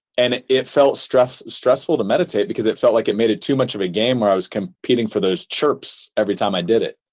and it felt stressful stressful to meditate because it felt like it made it too much of a game where i was competing for those chirps every time i did it.